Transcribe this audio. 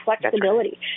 flexibility